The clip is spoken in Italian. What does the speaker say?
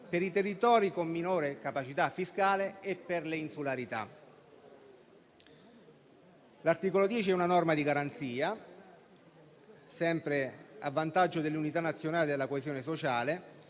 per i territori con minore capacità fiscale e per l'insularità. L'articolo 10 è una norma di garanzia sempre a vantaggio dell'unità nazionale e della coesione sociale,